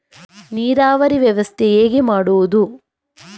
ನೀರಾವರಿ ವ್ಯವಸ್ಥೆ ಹೇಗೆ ಮಾಡುವುದು?